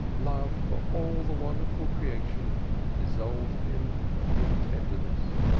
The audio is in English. love for all the wonderful creation dissolved him in tenderness.